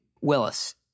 Willis